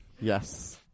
Yes